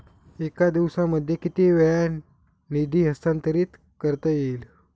एका दिवसामध्ये किती वेळा निधी हस्तांतरीत करता येईल?